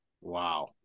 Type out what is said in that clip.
Wow